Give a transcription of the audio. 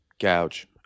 gouge